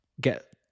get